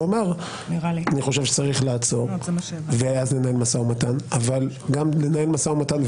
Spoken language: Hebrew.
הוא אמר שהוא חושב שצריך לעצור ואז לנהל משא ומתן,